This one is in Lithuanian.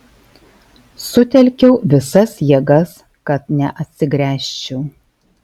sutelkiau visas jėgas kad neatsigręžčiau